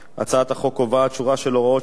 הצעת החוק קובעת שורה של הוראות שיחילו